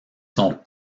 sont